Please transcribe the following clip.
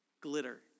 glitter